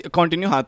continue